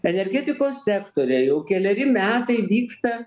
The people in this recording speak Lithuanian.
energetikos sektore jau keleri metai vyksta